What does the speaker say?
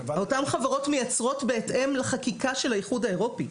אותן חברות מייצרות בהתאם לחקיקה של האיחוד האירופי.